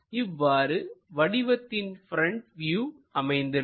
இவ்வாறு வடிவத்தின் front view அமைந்திருக்கும்